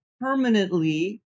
permanently